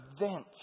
event